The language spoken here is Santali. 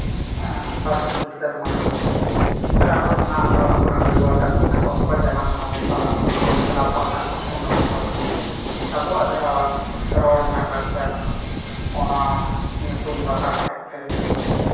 ᱯᱟᱹᱨᱥᱤ ᱡᱤᱛᱠᱟᱹᱨ ᱢᱟᱦᱟ ᱥᱮ ᱱᱟᱱᱟ ᱦᱩᱱᱟᱹᱨ ᱟᱵᱚ ᱨᱮᱱ ᱵᱤᱨ ᱵᱟᱱᱴᱟ ᱠᱚ ᱢᱮᱱᱟᱜ ᱠᱚᱣᱟ ᱩᱱᱠᱩᱣᱟᱜ ᱡᱟᱱᱟᱢ ᱢᱟᱦᱟ ᱵᱚᱱ ᱯᱟᱞᱟᱣᱟ ᱠᱞᱟᱵᱽ ᱯᱟᱦᱴᱟ ᱠᱷᱚᱱ ᱩᱱ ᱚᱠᱛᱚ ᱟᱵᱚᱣᱟᱜ ᱡᱟᱦᱟᱸ ᱥᱮᱨᱣᱟ ᱨᱮᱱᱟᱜ ᱞᱟᱪᱟᱨ ᱧᱩᱛᱩᱢ ᱞᱟᱥᱟᱲᱦᱮᱫ ᱛᱮ